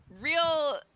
real